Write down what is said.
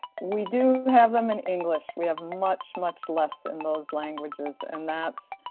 we do have them in english. we have much much less in those languages and that's,